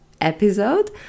episode